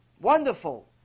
wonderful